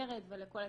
ורד, ולכל הצוות.